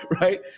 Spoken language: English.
right